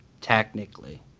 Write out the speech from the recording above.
technically